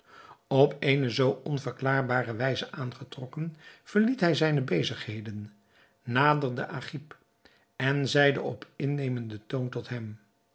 op eene zoo onverklaarbare wijze aangetrokken verliet hij zijne bezigheden naderde agib en zeide op innemenden toon tot hem